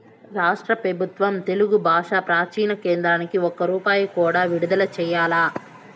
రాష్ట్ర పెబుత్వం తెలుగు బాషా ప్రాచీన కేంద్రానికి ఒక్క రూపాయి కూడా విడుదల చెయ్యలా